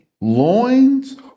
loins